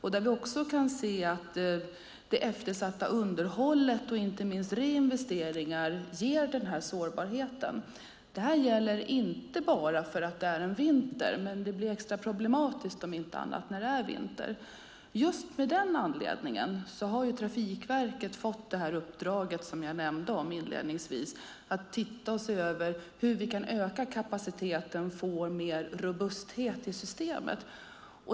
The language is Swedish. Vi kan också se att det eftersatta underhållet och inte minst reinvesteringar ger den sårbarheten. Det gäller inte bara därför att det är vinter, men det blir extra problematiskt när det är vinter. Just av den anledningen har Trafikverket fått uppdraget, som jag nämnde inledningsvis, att se över hur vi kan öka kapaciteten och få mer robusthet i systemet.